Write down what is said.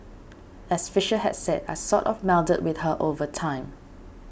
as Fisher had said I've sort of melded with her over time